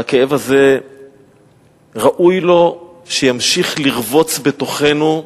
והכאב הזה ראוי לו שימשיך לרבוץ בתוכנו,